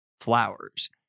flowers